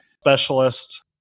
specialist